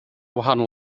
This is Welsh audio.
wahanol